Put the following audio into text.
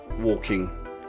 walking